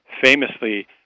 famously